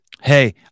Hey